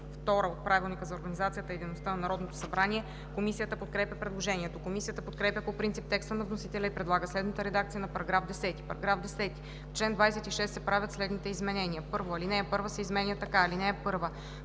т. 2 от Правилника за организацията и дейността на Народното събрание. Комисията подкрепя предложението. Комисията подкрепя по принцип текста на вносителя и предлага следната редакция на § 10: „§ 10. В чл. 26 се правят следните изменения: 1. Алинея 1 се изменя така: „(1)